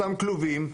אותם כלובים.